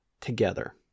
together